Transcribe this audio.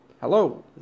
Hello